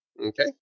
Okay